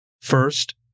First